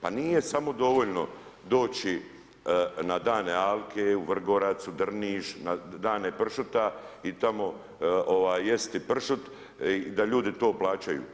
Pa nije samo dovoljno doći na dane alke, u Vrgorac, u Drniš, na dane pršuta i tamo jesti pršut da ljudi to plaćaju.